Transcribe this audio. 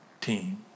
team